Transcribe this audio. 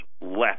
left